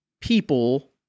people